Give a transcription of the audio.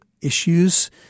issues